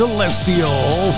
Celestial